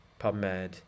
PubMed